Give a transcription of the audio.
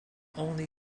only